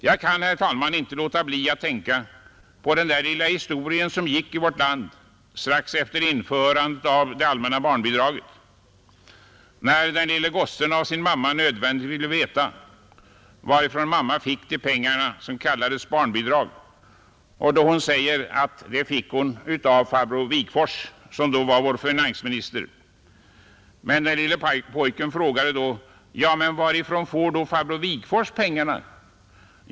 Jag kan, herr talman, inte låta bli att tänka på den lilla historia som gick i vårt land strax efter införandet av det allmänna barnbidraget när den lille gossen av sin mamma nödvändigt ville veta varifrån mamma fick de pengar som kallades barnbidrag. Hon sade att hon fick dem av farbror Wigforss, som då var vår finansminister. Men den lille pojken frågade då: Men varifrån får då farbror Wigforss pengarna?